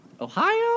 Ohio